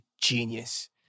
genius